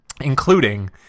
including